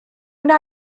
wna